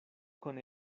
con